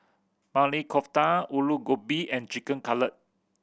Maili Kofta Alu Gobi and Chicken Cutlet